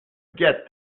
get